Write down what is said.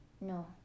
No